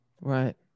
right